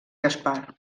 gaspar